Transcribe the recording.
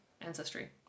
ancestry